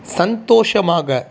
சந்தோஷமாக